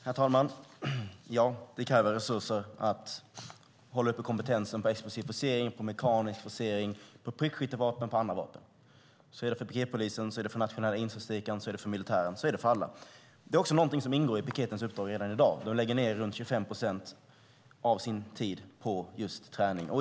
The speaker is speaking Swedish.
Herr talman! Det kräver resurser att hålla uppe kompetensen på explosiv forcering, mekanisk forcering, prickskyttevapen och andra vapen. Så är det för piketpolisen, för Nationella insatsstyrkan, för militären och för alla. Det är något som ingår i piketpolisens uppdrag redan i dag. Den lägger ned runt 25 procent av sin tid på just träning.